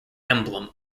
emblem